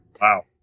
Wow